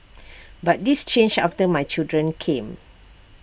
but this changed after my children came